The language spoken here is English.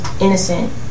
innocent